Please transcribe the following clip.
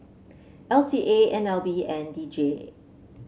L T A N L B and D J